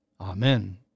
Amen